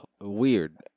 weird